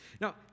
Now